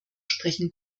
sprechen